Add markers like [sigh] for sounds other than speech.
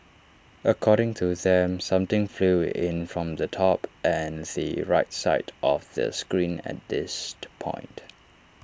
according to them something flew in from the top and the right side of the screen at this [noise] point